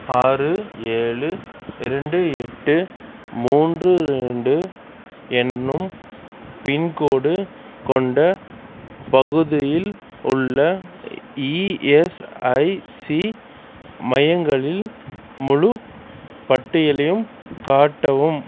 ஆறு ஏழு இரண்டு எட்டு மூன்று ரெண்டு என்னும் பின்கோடு கொண்ட பகுதியில் உள்ள இஎஸ்ஐசி மையங்களில் முழுப் பட்டியலையும் காட்டவும்